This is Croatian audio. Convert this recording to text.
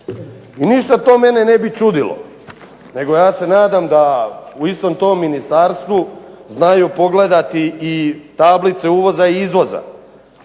I ništa to mene ne bi čudilo, nego ja se nadam da u istom tom ministarstvu znaju pogledati i tablice uvoza i izvoza.